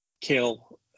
kill